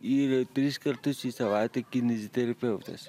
yra tris kartus į savaitę kineziterapeutas